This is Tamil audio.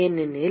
ஏனெனில்